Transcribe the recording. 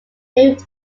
named